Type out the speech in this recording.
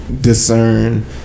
discern